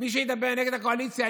מי שידבר נגד הקואליציה?